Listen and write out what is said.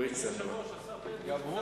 היושב-ראש, השר פלד הוא איש צנוע.